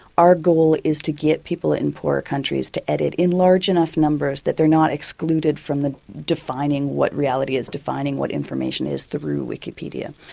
our goal is to get people in poorer countries to edit in large enough numbers that they're not excluded from defining what reality is, defining what information is, through wikipedia.